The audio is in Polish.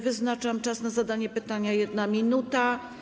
Wyznaczam czas na zadanie pytania - 1 minuta.